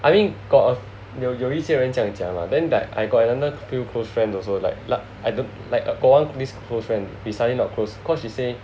I mean got a 有一些人这样讲啦 then like I got another few close friend also like l~ I don't like I got one this close friend we suddenly not close cause she say